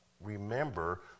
remember